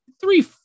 three